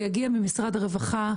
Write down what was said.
זה יגיע ממשרד הרווחה,